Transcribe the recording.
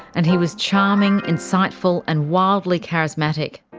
and he was charming, insightful, and wildly charismatic.